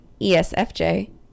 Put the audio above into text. ESFJ